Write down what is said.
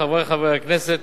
חברי חברי הכנסת,